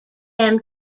them